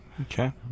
Okay